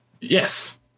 yes